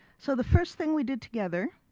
so the first thing we did together